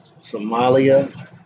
Somalia